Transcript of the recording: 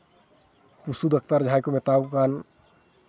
ᱯᱚᱥᱩ ᱰᱟᱠᱛᱟᱨ ᱡᱟᱦᱟᱸᱭ ᱠᱚ ᱢᱮᱛᱟᱣ ᱠᱚ ᱠᱟᱱ